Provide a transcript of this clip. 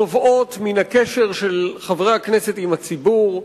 נובעות מן הקשר של חברי הכנסת עם הציבור,